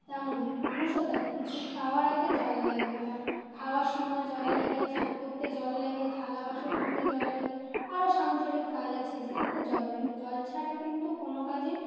তেমনই মানুষও তাই কিছু খাওয়ার আগে জল লাগবে তার খাওয়ার সময় জল লাগে চান করতে জল লাগে থালা বাসন ধুতে জল লাগে আরও সাংসরিক কাজ আছে যাতে জল লাগে জল ছাড়া কিন্তু কোনো কাজই